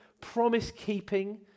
promise-keeping